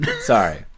Sorry